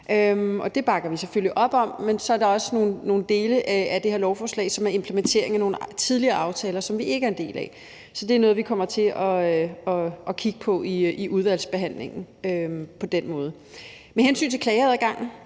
Det bakker vi selvfølgelig op om, men så er der også nogle dele af det her lovforslag, som handler om implementeringen af nogle tidligere aftaler, som vi ikke er en del af. Så det er noget, vi kommer til at kigge på i udvalgsbehandlingen. Med hensyn til klageadgangen